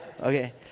Okay